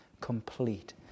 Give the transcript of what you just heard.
complete